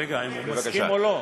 רגע, אם הוא מסכים או לא.